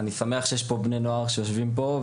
אני שמח שיש בני נוער שיושבים כאן.